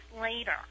later